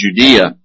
Judea